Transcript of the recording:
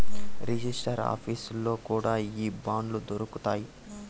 register ఆఫీసుల్లో కూడా ఈ బాండ్లు దొరుకుతాయి